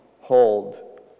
hold